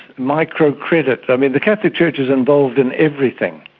micro credit, i mean, the catholic church is involved in everything.